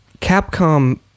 Capcom